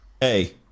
Hey